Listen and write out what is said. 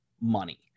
money